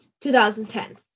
2010